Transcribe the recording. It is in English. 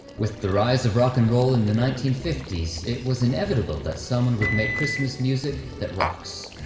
with the rise of rock and roll in the nineteen fifty s it was inevitable that someone would make christmas music that rocks.